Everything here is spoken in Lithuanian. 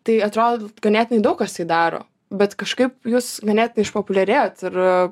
tai atro ganėtinai daug kas tai daro bet kažkaip jūs ganėtinai išpopuliarėjot ir